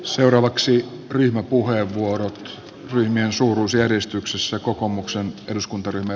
seuraavaksi ryhmäpuheenvuorot ryhmien suuruusjärjestyksessä hypätä pois